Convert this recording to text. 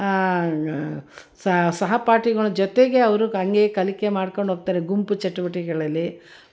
ಸ ಸಹಪಾಠಿಗಳ ಜೊತೆಗೆ ಅವರು ಹಾಗೆ ಕಲಿಕೆ ಮಾಡ್ಕೊಂಡು ಹೋಗ್ತಾರೆ ಗುಂಪು ಚಟುವಟಿಕೆಗಳಲ್ಲಿ